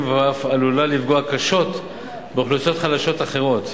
ואף לפגוע קשות באוכלוסיות חלשות אחרות.